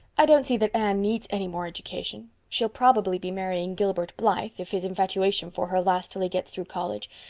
i don't see that anne needs any more education. she'll probably be marrying gilbert blythe, if his infatuation for her lasts till he gets through college,